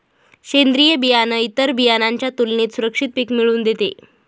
सेंद्रीय बियाणं इतर बियाणांच्या तुलनेने सुरक्षित पिक मिळवून देते